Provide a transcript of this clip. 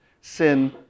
Sin